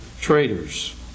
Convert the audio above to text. traders